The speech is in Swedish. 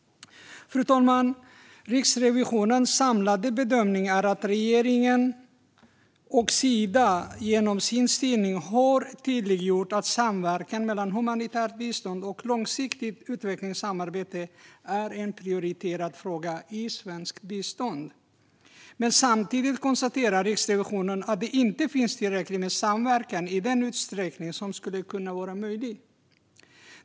Fru talman! Riksrevisionens samlade bedömning är att regeringen och Sida genom sin styrning har tydliggjort att samverkan mellan humanitärt bistånd och långsiktigt utvecklingssamarbete är en prioriterad fråga i svenskt bistånd. Samtidigt konstaterar Riksrevisionen att det inte finns samverkan i den utsträckning som skulle kunna vara möjlig.